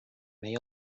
may